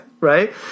Right